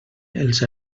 els